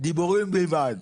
דיבורים בלבד.